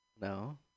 no